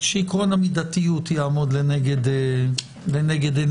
שעיקרון המידתיות יעמוד לנגד עיניכם.